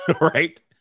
Right